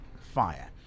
fire